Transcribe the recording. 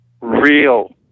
real